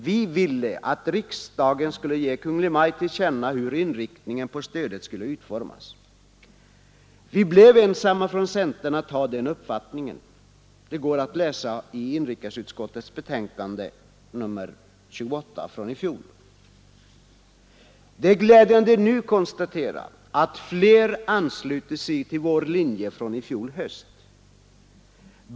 Vi ville att riksdagen skulle ge Kungl. Maj:t till känna hur inriktningen av stödet skulle utformas. Vi blev ensamma från centern om att ha den uppfattningen — det går att läsa i inrikesutskottets betänkande nr 28 från i fjol. Det är glädjande att nu konstatera att fler anslutit sig till vår linje från i fjol höst.